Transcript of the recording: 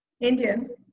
Indian